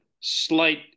slight